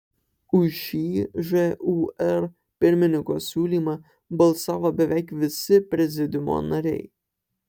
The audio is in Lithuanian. už šį žūr pirmininko siūlymą balsavo beveik visi prezidiumo nariai